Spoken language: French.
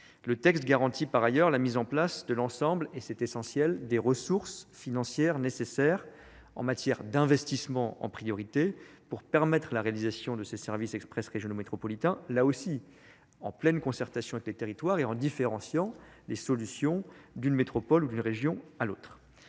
Le texte garantit par ailleurs la mise en place de l'ensemble et c'est essentiel des ressources financières nécessaires en matière d'investissements en priorité pour permettre la réalisation de ces services express régionaux métropolitains là aussi, en pleine concertation avec les territoires et en différenciant les solutions d'une métropole ou d'une région à l'autre